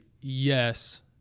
yes